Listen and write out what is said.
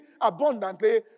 abundantly